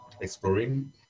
exploring